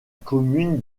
commune